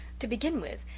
to begin with,